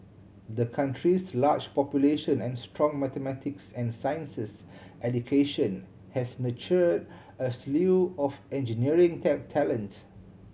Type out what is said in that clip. the country's large population and strong mathematics and sciences education has nurture a slew of engineering talent